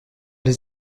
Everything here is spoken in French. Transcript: les